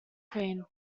queen